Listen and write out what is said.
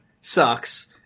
sucks